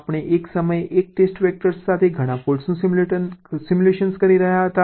આપણે એક સમયે એક ટેસ્ટ વેક્ટર સાથે ઘણા ફોલ્ટ્સનું સિમ્યુલેટ કરી રહ્યા હતા